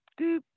doop